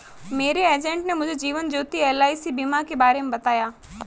मेरे एजेंट ने मुझे जीवन ज्योति एल.आई.सी बीमा के बारे में बताया